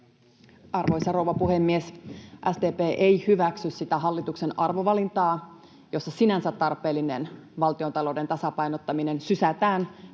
Arvoisa rouva puhemies! SDP ei hyväksy sitä hallituksen arvovalintaa, jossa sinänsä tarpeellinen valtiontalouden tasapainottaminen sysätään